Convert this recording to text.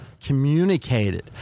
communicated